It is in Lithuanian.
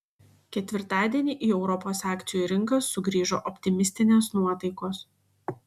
ketvirtadienį į europos akcijų rinkas sugrįžo optimistinės nuotaikos